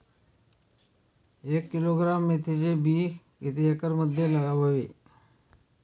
एक किलोग्रॅम मेथीचे बी किती एकरमध्ये लावावे?